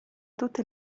tutte